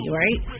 right